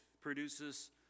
produces